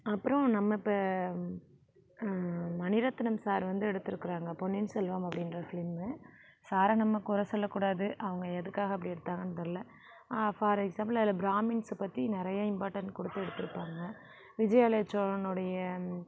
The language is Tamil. அப்புறம் நம்ம இப்போ மணிரத்தினம் சார் வந்து எடுத்துருக்கிறாங்க பொன்னியன் செல்வம் அப்படின்ற ஃப்லிம்மு சாரை நம்ம குற சொல்லக்கூடாது அவங்க எதுக்காக அப்படி எடுத்தாங்கன்னு தெரில ஃபார் எக்ஸாம்பிள் அதில் பிராமின்ஸை பற்றி நிறைய இம்பார்டென்ட் கொடுத்து எடுத்துருப்பாங்க விஜயாலயச் சோழனுடைய